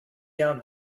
down